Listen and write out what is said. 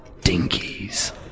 dinkies